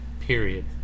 Period